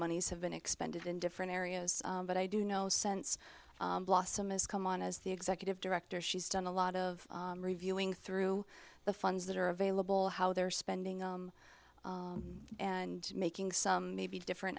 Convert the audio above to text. money's have been expended in different areas but i do know sense blossom is come on as the executive director she's done a lot of reviewing through the funds that are available how they're spending and making some maybe different